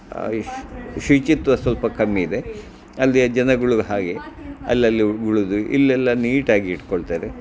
ಆ ಈ ಶುಚಿತ್ವ ಸ್ವಲ್ಪ ಕಮ್ಮಿ ಇದೆ ಅಲ್ಲಿಯ ಜನಗಳು ಹಾಗೆ ಅಲ್ಲಲ್ಲಿ ಉಗುಳೋದು ಇಲ್ಲೆಲ್ಲ ನೀಟಾಗಿ ಇಟ್ಕೊಳ್ತಾರೆ